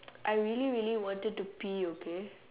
I really really wanted to pee okay